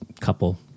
couple